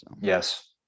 Yes